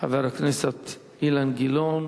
חבר הכנסת אילן גילאון